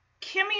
Kimmy